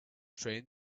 train